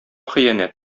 хыянәт